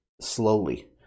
slowly